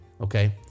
Okay